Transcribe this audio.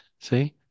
See